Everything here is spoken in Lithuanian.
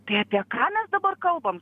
tai apie ką mes dabar kalbam